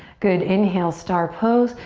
good, inhale, star pose.